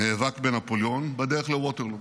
נאבק בנפוליאון, בדרך לווטרלו.